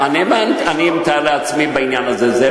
אני מתאר לעצמי בעניין הזה.